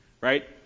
Right